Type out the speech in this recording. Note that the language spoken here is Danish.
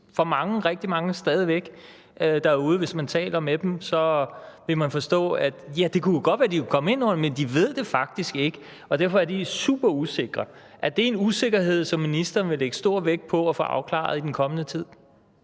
for rigtig mange derude. Hvis man taler med dem, vil man forstå, at det jo godt kan være, at de kunne komme ind under det, men at de faktisk ikke ved det, og derfor er de super usikre. Er det en usikkerhed, som ministeren vil lægge stor vægt på at få afklaret i den kommende tid?